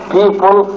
people